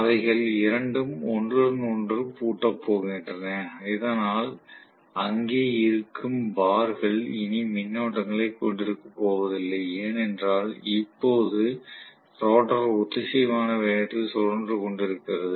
அவைகள் இரண்டும் ஒன்றுடன் ஒன்று பூட்டப் போகின்றன அதனால் இங்கே இருக்கும் பார்கள் இனி மின்னோட்டங்களை கொண்டிருக்கப்போவதில்லை ஏனென்றால் இப்போது ரோட்டார் ஒத்திசைவான வேகத்தில் சுழன்று கொண்டிருக்கிறது